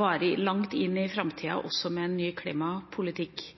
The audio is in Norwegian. varer langt inn i framtida, også med en ny klimapolitikk.